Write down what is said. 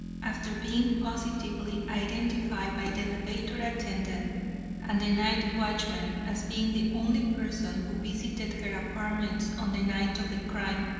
after being positively identified by the elevator attendant and the night watchman as being the only person who visited her apartments on the night of the crime,